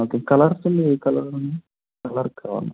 okay కలర్స్లో ఏ colour ఉంది కలర్ కావాలి నాకు